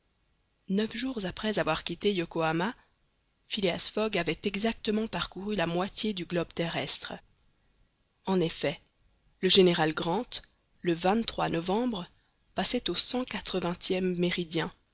neuf jours après avoir quitté yokohama phileas fogg avait exactement parcouru la moitié du globe terrestre en effet le general grant le novembre passait au cent quatre vingtième méridien